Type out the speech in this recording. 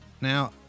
Now